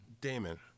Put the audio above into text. Damon